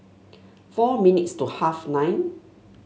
four minutes to half nine